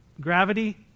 gravity